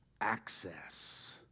access